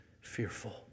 fearful